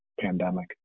pandemic